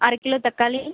அரை கிலோ தக்காளி